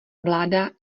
vláda